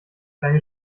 deine